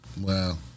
Wow